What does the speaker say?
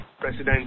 president